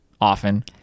often